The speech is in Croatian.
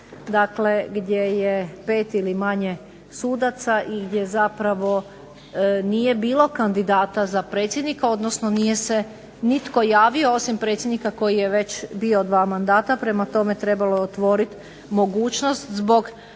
Dakle, gdje je pet ili manje sudaca i gdje zapravo nije bilo kandidata za predsjednika, odnosno nije se nitko javio osim predsjednika koji je već bio dva mandata. Prema tome, trebalo je otvoriti mogućnost zbog